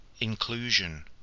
inclusion